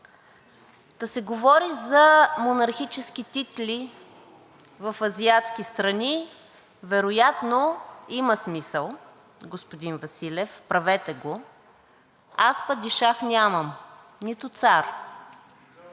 Да се говори за монархически титли в азиатски страни вероятно има смисъл, господин Василев, правете го. Аз падишах нямам, нито цар,